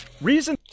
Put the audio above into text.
reason